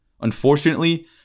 Unfortunately